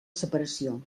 separació